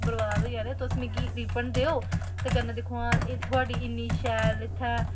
बरबाद होई जाने तुस मिगी रिफंड देओ ते कन्नै दिक्खो हां एह् थुआड़ी इन्नी शैल इत्थै